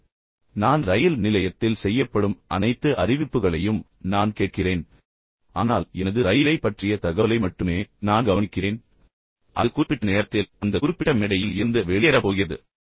உதாரணமாக நான் ரயில் நிலையத்தில் இருந்தால் பின்னர் செய்யப்படும் அனைத்து அறிவிப்புகளையும் நான் கேட்கிறேன் என்றால் அவற்றில் பெரும்பாலானவற்றை நான் கேட்கிறேன் ஆனால் எனது ரயிலைப் பற்றிய அந்த ஒரு தகவலை மட்டுமே நான் கவனிக்கிறேன் அது குறிப்பிட்ட நேரத்தில் அந்த குறிப்பிட்ட மேடையில் இருந்து வெளியேறப் போகிறது